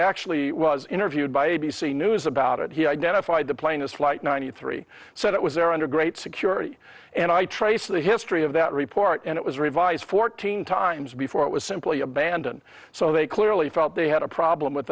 actually was interviewed by a b c news about it he identified the plane as flight ninety three said it was there under great security and i traced the history of that report and it was revised fourteen times before it was simply abandoned so they clearly felt they had a problem with